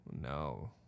no